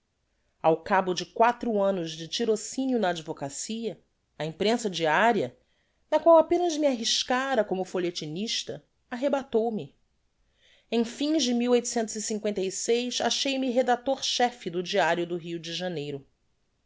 ao cabo de quatro annos de tirocinio na advocacia a imprensa diaria na qual apenas me arriscara como folhetinista arrebatou me em fins de achei-me redactor chefe do diario do rio de janeiro